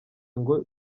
ngo